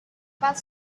about